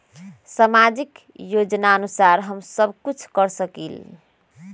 सामाजिक योजनानुसार हम कुछ कर सकील?